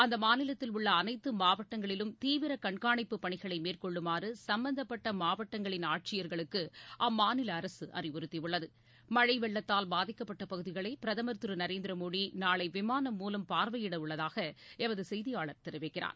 அந்த மாநிலத்தில் உள்ள அனைத்து மாவட்டங்களிலும் தீவிர கண்காணிப்பு பணிகளை மேற்கொள்ளுமாறு சம்பந்தப்பட்ட மாவட்டங்களின் ஆட்சியர்களுக்கு அம்மாநில அரசு அறிவுறுத்தி உள்ளது மழை வெள்ளத்தால் பாதிக்கப்பட்ட பகுதிகளை பிரதமர் திரு நரேந்திர மோடி நாளை விமானம் மூலம் பார்வையிட உள்ளதாக எமது செய்தியாளர் தெரிவிக்கிறார்